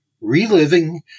Reliving